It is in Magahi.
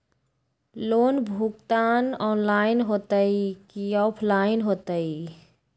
लोन भुगतान ऑनलाइन होतई कि ऑफलाइन होतई?